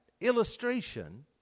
illustration